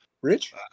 Rich